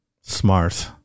Smart